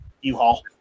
U-Haul